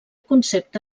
concepte